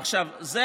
עכשיו, זה